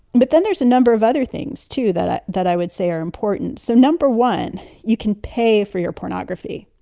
but then there's a number of other things, too, that that i would say are important. so, number one, you can pay for your pornography.